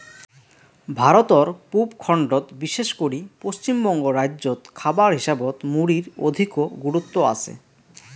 ভারতর পুব খণ্ডত বিশেষ করি পশ্চিমবঙ্গ রাইজ্যত খাবার হিসাবত মুড়ির অধিকো গুরুত্ব আচে